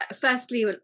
firstly